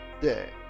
day